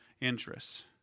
interests